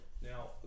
Now